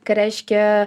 ką reiškia